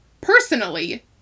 personally